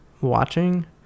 watching